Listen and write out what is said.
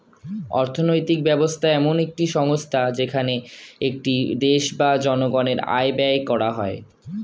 অর্থনৈতিক ব্যবস্থা এমন একটি সংস্থা যেখানে একটি দেশ বা জনগণের আয় ব্যয় করা হয়